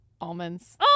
Almonds